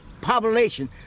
population